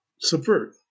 subvert